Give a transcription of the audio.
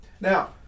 Now